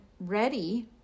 ready